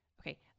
Okay